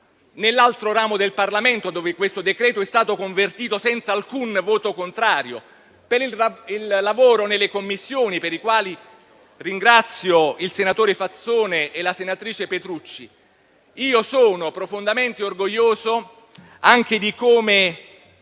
nell'altro ramo del Parlamento, dove questo decreto è stato convertito senza alcun voto contrario, per il lavoro nelle Commissioni per il quale ringrazio il senatore Fazzone e la senatrice Petrucci, sono profondamente orgoglioso anche di come